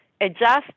adjust